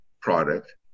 Product